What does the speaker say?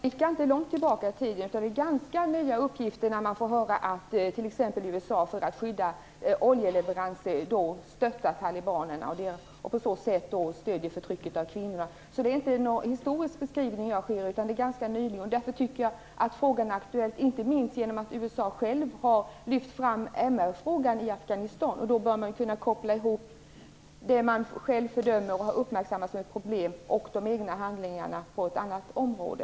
Fru talman! Jag blickar inte långt tillbaka i tiden. Uppgifterna är ganska nya t.ex. om att USA för att skydda oljeleveranser stöttar talibanerna och på så sätt stöder förtrycket av kvinnorna. Detta är alltså inte en historisk beskrivning utan det har hänt ganska nyligen. Därför tycker jag att frågan är aktuell, inte minst genom att USA självt har lyft fram MR frågorna i Afghanistan. Man bör då kunna koppla ihop det man själv fördömer och har uppmärksammat som ett problem och de egna handlingarna på ett annat område.